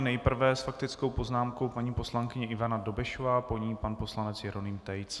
Nejprve s faktickou poznámkou paní poslankyně Ivana Dobešová, po ní pan poslanec Jeroným Tejc.